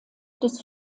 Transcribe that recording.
des